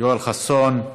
יואל חסון,